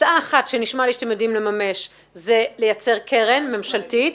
הצעה אחת שנשמע לי שאתם יודעים לממש זה לייצר קרן ממשלתית.